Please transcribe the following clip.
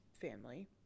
family